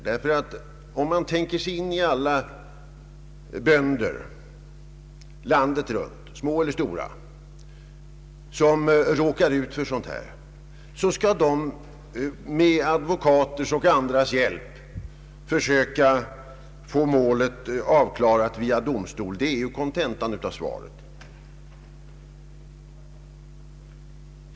Skall man hänvisa små och stora bönder landet runt, som råkar ut för sådana skador, till att med advokaters och andras hjälp försöka få saken uppklarad via domstol? Det är ju kontentan av svaret.